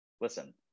listen